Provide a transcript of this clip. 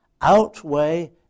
outweigh